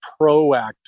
proactive